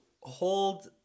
hold